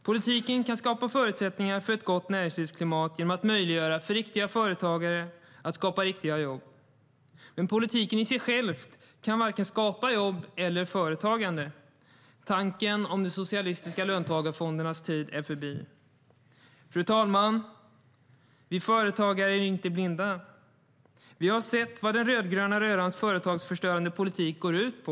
Politiken kan skapa förutsättningar för ett gott näringslivsklimat genom att möjliggöra för riktiga företagare att skapa riktiga jobb. Men politiken i sig själv kan inte skapa vare sig jobb eller företagande. Tiden för tanken om de socialistiska löntagarfonderna är förbi. Fru talman! Vi företagare är inte blinda. Vi har sett vad den rödgröna rörans företagsförstörande politik går ut på.